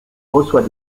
reçoit